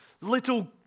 little